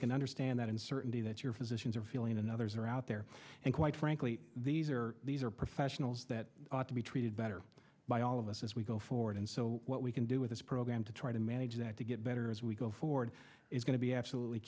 can understand that uncertainty that you're physicians are feeling and others are out there and quite frankly these are these are professionals that ought to be treated better by all of us as we go forward and so what we can do with this program to try to manage that to get better as we go forward is going to be absolutely